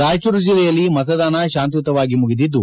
ರಾಯಚೂರು ಜಿಲ್ಲೆಯಲ್ಲಿ ಮತದಾನ ಶಾಂತಿಯುತವಾಗಿ ಮುಗಿದಿದ್ದು